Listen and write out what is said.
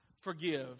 forgive